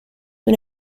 una